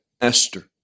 Esther